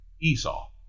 Esau